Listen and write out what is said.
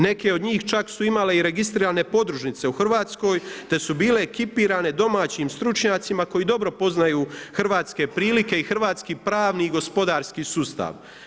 Neke od njih čak su imale i registrirane podružnice u Hrvatskoj, te su bile ekipirane domaćim stručnjacima koji dobro poznaju hrvatske prilike i hrvatski pravni i gospodarski sustav.